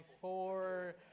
four